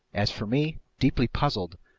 as for me, deeply puzzled,